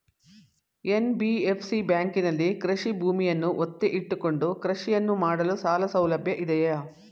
NBFC ಬ್ಯಾಂಕಿನಲ್ಲಿ ಕೃಷಿ ಭೂಮಿಯನ್ನು ಒತ್ತೆ ಇಟ್ಟುಕೊಂಡು ಕೃಷಿಯನ್ನು ಮಾಡಲು ಸಾಲಸೌಲಭ್ಯ ಇದೆಯಾ?